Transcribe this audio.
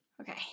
Okay